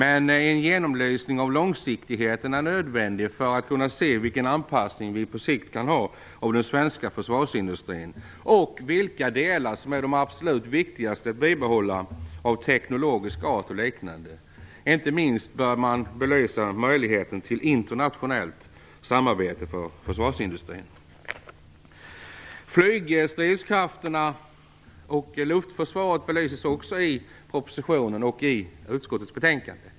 En genomlysning av långsiktigheten är dock nödvändig för att man skall kunna se vilken anpassning vi kan ha på sikt av den svenska försvarsindustrin och vilka delar, av teknologisk art och liknande, som är absolut viktigast att bibehålla. Inte minst bör man belysa möjligheten till internationellt samarbete för försvarsindustrin. Flygstridskrafterna och luftförsvaret belyses också i propositionen och i utskottets betänkande.